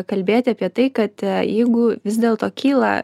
kalbėti apie tai kad jeigu vis dėlto kyla